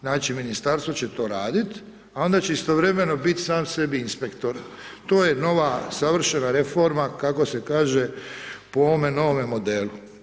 Znači Ministarstvo će to radit, a onda će istovremeno bit sam sebi inspektor, to je nova savršena reforma, kako se kaže po ovome novome modelu.